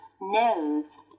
nose